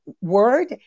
word